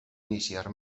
iniciar